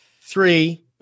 three